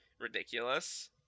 ridiculous